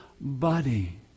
body